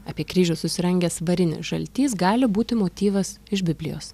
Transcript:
apie kryžių susirangęs varinis žaltys gali būti motyvas iš biblijos